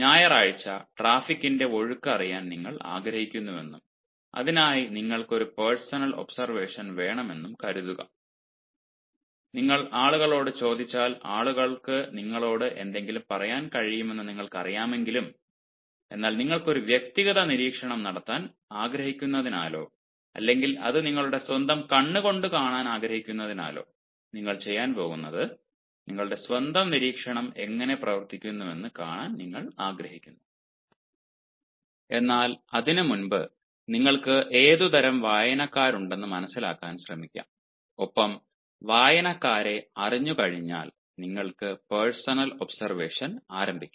ഞായറാഴ്ച ട്രാഫിക്കിന്റെ ഒഴുക്ക് അറിയാൻ നിങ്ങൾ ആഗ്രഹിക്കുന്നുവെന്നും അതിനായി നിങ്ങൾക്ക് ഒരു പേഴ്സണൽ ഒബ്സർവേഷൻ വേണമെന്നും കരുതുക നിങ്ങൾ ആളുകളോട് ചോദിച്ചാൽ ആളുകൾക്ക് നിങ്ങളോട് എന്തെങ്കിലും പറയാൻ കഴിയുമെന്ന് നിങ്ങൾക്കറിയാമെങ്കിലും എന്നാൽ നിങ്ങൾക്ക് ഒരു വ്യക്തിഗത നിരീക്ഷണം നടത്താൻ ആഗ്രഹിക്കുന്നതിനാലോ അല്ലെങ്കിൽ അത് നിങ്ങളുടെ സ്വന്തം കണ്ണുകൊണ്ട് കാണാൻ ആഗ്രഹിക്കുന്നതിനാലോ നിങ്ങൾ ചെയ്യാൻ പോകുന്നത് നിങ്ങളുടെ സ്വന്തം നിരീക്ഷണം എങ്ങനെ പ്രവർത്തിക്കുന്നുവെന്ന് കാണാൻ നിങ്ങൾ ആഗ്രഹിക്കുന്നു എന്നാൽ അതിനുമുമ്പ് നിങ്ങൾക്ക് ഏതുതരം വായനക്കാരുണ്ടെന്ന് മനസിലാക്കാൻ ശ്രമിക്കാം ഒപ്പം വായനക്കാരെ അറിഞ്ഞുകഴിഞ്ഞാൽ നിങ്ങൾക്ക് പേഴ്സണൽ ഒബ്സർവേഷൻ ആരംഭിക്കാം